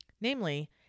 Namely